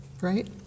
right